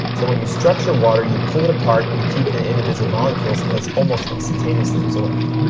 so when you structure water you pull it apart, you keep it in individual molecules, and it's almost instantaneously absorbed.